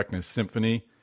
Symphony